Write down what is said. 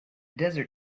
desert